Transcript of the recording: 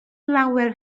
lawer